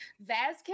Vasquez